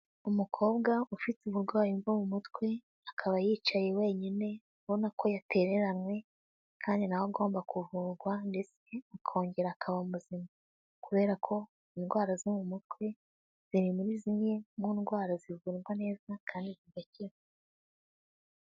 Umukobwa ufite uburwayi bwo mu mutwe, akaba yicaye wenyine, ubona ko yatereranywe kandi na we agomba kuvurwa ndetse ukongera akaba muzima, kubera ko indwara zo mu mutwe ziri muri zimwe mu ndwara zivurwa neza kandi zigakira.